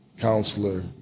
counselor